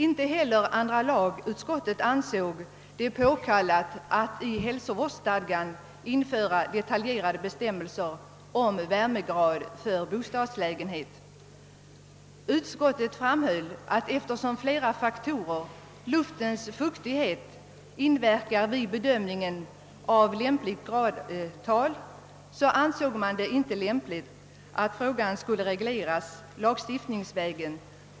Inte heller andra lagutskottet ansåg det påkallat att i hälsovårdsstadgan införa detaljerade bestämmelser om värmegrad för bostadslägenhet. Utskottet framhöll att eftersom flera faktorer, bl.a. luftens fuktighet, inverkade vid bedömningen av lämpligt gradantal ansåg man det inte lämpligt att frågan reglerades lagstiftningsvägen.